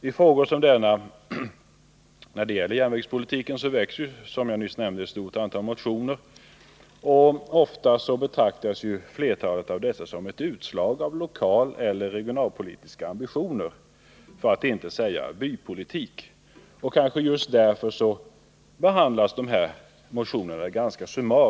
I frågor som denna väcks ett stort antal motioner, vilka inte sällan betraktas som utslag av lokaleller regionalpolitiska ambitioner för att inte säga bypolitik, och kanske just därför avfärdas ganska summariskt i betänkandena.